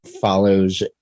follows